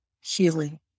healing